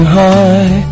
high